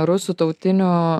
rusų tautinių